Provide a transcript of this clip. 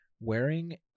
wearing